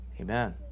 Amen